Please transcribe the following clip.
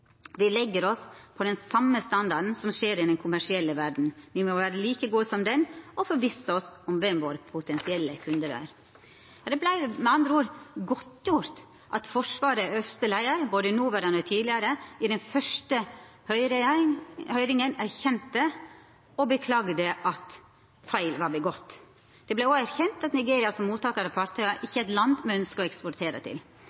Vi legger oss på den samme standarden som skjer i den kommersielle verden. Vi må være like gode som dem, og forvisse oss om hvem våre potensielle kunder er.» Det vart med andre ord godtgjort at dei øvste leiarane i Forsvaret, både noverande og tidlegare, i den første høyringa erkjende og beklaga at det var gjort feil. Det vart også erkjent at Nigeria som mottakar av fartøya ikkje er eit land me ønskjer å eksportera til.